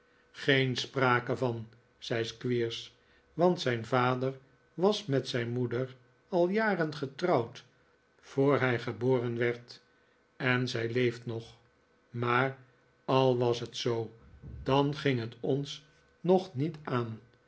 geen sprake van zei squeers want zijn vader was met zijn moeder al jaren getrouwd voor hij geboren werd en zij leeft nog maar al was het zoo dan ging het ons nog niet aan